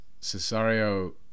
Cesario